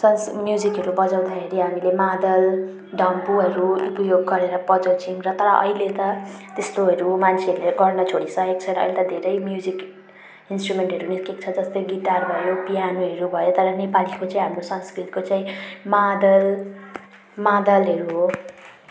संस्क म्युजिकहरू बजाउँदाखेरि हामीले मादल डम्फुहरू ऊ यो गरेर बजाउँछौँ र तर अहिले त त्यस्तोहरू मान्छेहरूले गर्न छोडिसके छ र अहिले त धेरै म्युजिक इन्सट्रुमेन्टहरू निस्केको छ जस्तै गिटार भयो पियानोहरू भयो तर नेपालीको चाहिँ हाम्रो संस्कृतको चाहिँ मादल मादलहरू हो